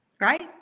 right